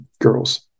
girls